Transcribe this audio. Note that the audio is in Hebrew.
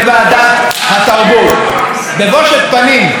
בבושת פנים סיימתם את הכנס הזה.